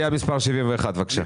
בבקשה.